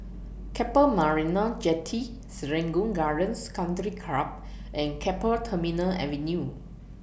Keppel Marina Jetty Serangoons Gardens Country Club and Keppel Terminal Avenue